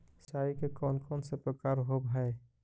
सिंचाई के कौन कौन से प्रकार होब्है?